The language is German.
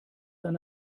eine